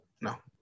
No